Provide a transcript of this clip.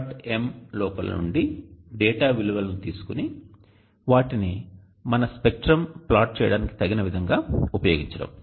m" లోపల నుండి data విలువలను తీసుకొని వాటిని మన స్పెక్ట్రం ప్లాట్ చేయడానికి తగిన విధంగా ఉపయోగించడం